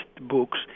books